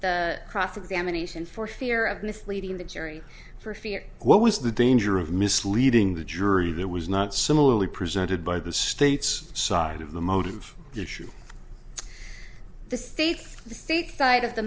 the cross examination for fear of misleading the jury for fear what was the danger of misleading the jury that was not similarly presented by the state's side of the motive issue the safe side of the